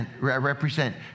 represent